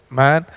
man